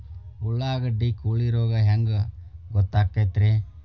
ಉಳ್ಳಾಗಡ್ಡಿ ಕೋಳಿ ರೋಗ ಹ್ಯಾಂಗ್ ಗೊತ್ತಕ್ಕೆತ್ರೇ?